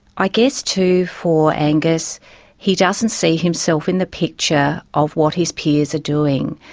i guess too for angus he doesn't see himself in the picture of what his peers are doing.